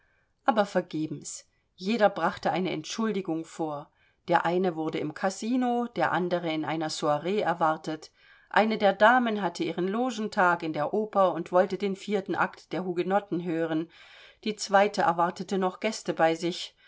aber vergebens jeder brachte eine entschuldigung vor der eine wurde im kasino der andere in einer soire erwartet eine der damen hatte ihren logentag in der oper und wollte den vierten akt der hugenotten hören die zweite erwartete noch gäste bei sich